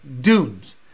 dunes